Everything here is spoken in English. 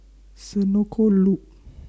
Senoko Loop